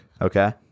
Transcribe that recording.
okay